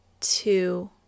two